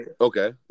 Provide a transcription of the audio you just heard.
Okay